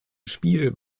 spiel